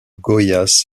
goiás